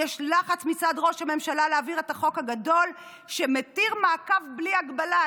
יש לחץ מצד ראש הממשלה להעביר את החוק הגדול שמתיר מעקב בלי הגבלה".